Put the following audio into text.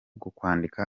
kwandika